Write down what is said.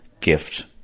gift